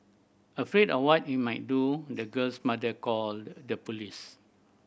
afraid of what he might do the girl's mother called the police